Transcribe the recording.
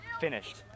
finished